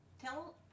Tell